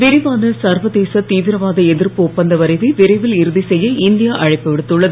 விரிவான சர்வதேச திவிரவாத எதிர்ப்பு ஒப்பந்த வரைவை விரைவில் இறுதி செய்ய இந்தியா அழைப்பு விடுத்துள்ளது